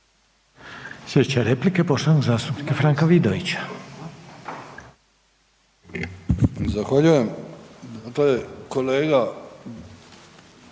je replika poštovanog zastupnika Franka Vidovića.